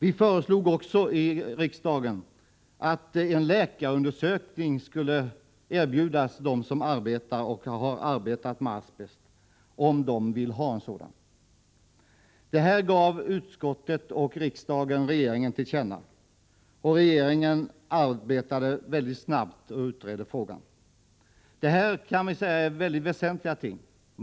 Vi föreslog också i riksdagen att läkarundersökning skulle erbjudas dem som arbetar och har arbetat med asbest — om de vill genomgå en sådan. Detta gav utskottet och riksdagen regeringen till känna. Regeringen arbetade mycket snabbt och utredde frågan. Detta är mycket väsentliga ting.